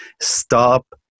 Stop